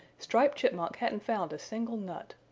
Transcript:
striped chipmunk hadn't found a single nut.